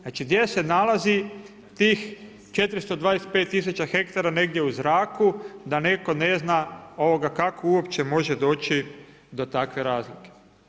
Znači gdje se nalazi tih 425 tisuća hektara, negdje u zraku da neko ne zna kako uopće može doći do takve razlike.